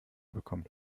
bekommt